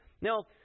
Now